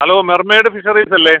hello mermaid fisheries അല്ലേ